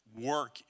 work